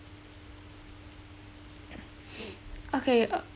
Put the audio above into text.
okay uh